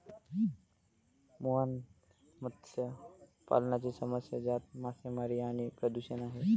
मुहाना मत्स्य पालनाची समस्या जास्त मासेमारी आणि प्रदूषण आहे